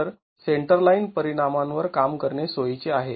तर सेंटरलाईन परिणामांवर काम करणे सोयीचे आहे